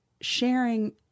sharing